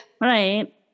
right